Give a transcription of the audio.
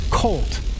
Colt